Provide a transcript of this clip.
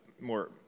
more